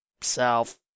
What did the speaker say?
South